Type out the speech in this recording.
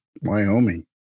Wyoming